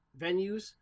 venues